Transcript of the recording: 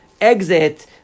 exit